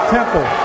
Temple